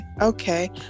okay